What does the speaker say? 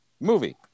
movie